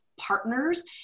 partners